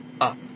up